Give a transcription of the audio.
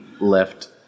left